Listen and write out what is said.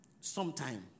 sometime